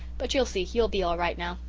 but you'll see he'll be all right now